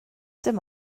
dim